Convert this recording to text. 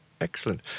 Excellent